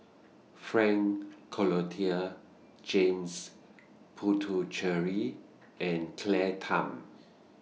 Frank Cloutier James Puthucheary and Claire Tham